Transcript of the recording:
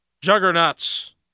juggernauts